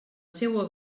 seua